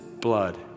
blood